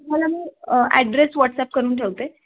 तुम्हाला मी address WhatsApp करून ठेवते